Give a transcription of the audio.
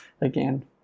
again